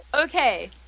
okay